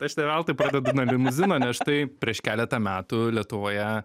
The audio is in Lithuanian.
aš ne veltui pradedu nuo limuzino nes štai prieš keletą metų lietuvoje